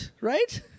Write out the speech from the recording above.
right